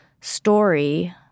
story